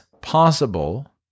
possible